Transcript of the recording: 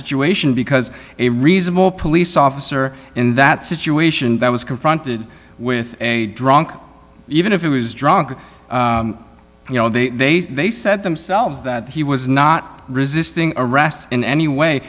situation because a reasonable police officer in that situation that was confronted with a drunk even if it was drunk you know they they said themselves that he was not resisting arrest in any way